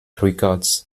records